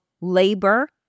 labor